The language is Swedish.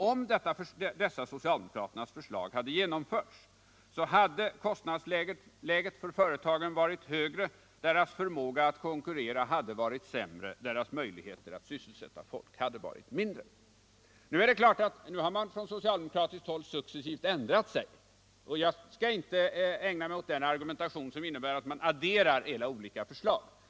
Om dessa socialdemokraternas förslag hade genomförts, så hade kostnadsläget för företagen varit högre, deras förmåga att konkurrera hade varit sämre, deras möjligheter att sysselsätta folk hade varit mindre. Nu har man från socialdemokratiskt håll successivt ändrat sig, och jag skall inte ägna mig åt en argumentation som innebär att man adderar era olika förslag.